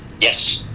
Yes